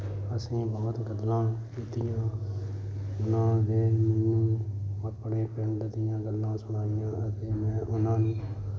ਅਸੀਂ ਬਹੁਤ ਗੱਲਾਂ ਕੀਤੀਆਂ ਉਹਨਾਂ ਨੇ ਮੈਨੂੰ ਆਪਣੇ ਪਿੰਡ ਦੀਆਂ ਗੱਲਾਂ ਸੁਣਾਈਆਂ ਅਤੇ ਮੈਂ ਉਹਨਾਂ ਨੂੰ